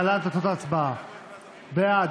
להלן תוצאות ההצבעה: בעד,